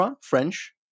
french